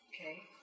Okay